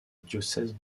diocèse